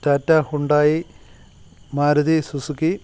Tata Hyundai Maruti Suzuki